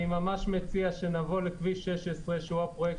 אני ממש מציע שנבוא לכביש 16 שהוא הפרויקט